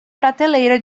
prateleira